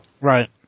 Right